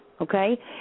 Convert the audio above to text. Okay